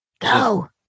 Go